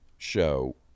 Show